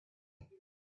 mean